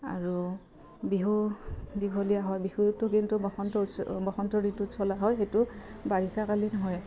আৰু বিহু দীঘলীয়া হয় বিহুটো কিন্তু বসন্ত উৎ বসন্ত ঋতুত চলা হয় সেইটো বাৰিষাকালীন হয়